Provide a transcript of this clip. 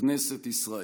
בכנסת ישראל.